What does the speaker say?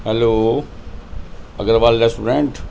hello Agarwal restaurant